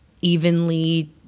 evenly